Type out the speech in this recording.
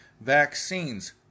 Vaccines